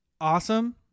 awesome